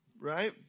right